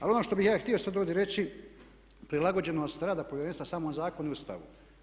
Ali ono što bih ja sada htio ovdje reći, prilagođenost rada Povjerenstva samom zakonu i Ustavu.